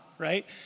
right